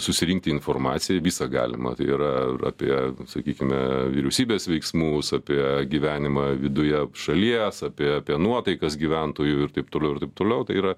susirinkti informaciją visą galimą tai yra apie sakykime vyriausybės veiksmus apie gyvenimą viduje šalies apie apie nuotaikas gyventojų ir taip toliau ir taip toliau tai yra